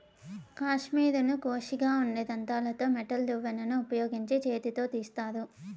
కష్మెరెను కోషిగా ఉండే దంతాలతో మెటల్ దువ్వెనను ఉపయోగించి చేతితో తీస్తారు